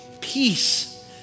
peace